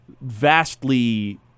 vastly